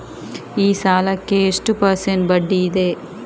ಈ ಸಾಲಕ್ಕೆ ಎಷ್ಟು ಪರ್ಸೆಂಟ್ ಬಡ್ಡಿ ಇದೆ?